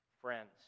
Friends